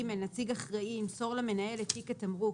(ג)נציג אחראי ימסור למנהל את תיק התמרוק